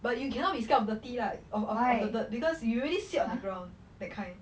but you cannot be scared of dirty lah or or the dirt because you really sit on the ground that kind